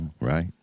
right